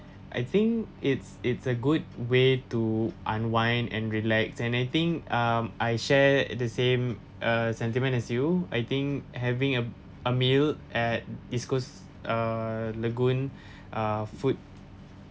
I think it's it's a good way to unwind and relax anything uh I share the same uh sentiments as you I think having a a meal at east coast uh lagoon uh food